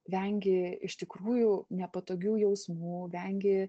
vengi iš tikrųjų nepatogių jausmų vengi